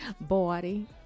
body